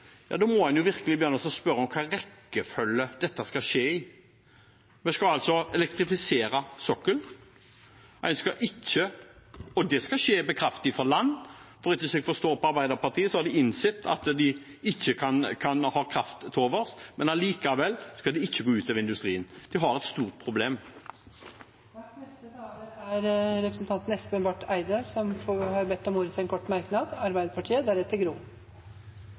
Ja, da må man virkelig spørre hvilken rekkefølge dette skal skje i? Vi skal altså elektrifisere sokkelen, og det skal skje med kraft fra land. Og etter det jeg forstår på Arbeiderpartiet, har de innsett at de ikke kan ha kraft til overs, men at det allikevel ikke skal gå ut over industrien. De har et stort problem. Representanten Espen Barth Eide har hatt ordet to ganger tidligere og får ordet til en kort merknad,